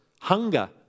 hunger